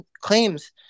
claims